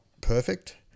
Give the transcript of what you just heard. perfect